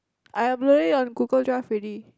I upload it on Google Drive already